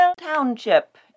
Township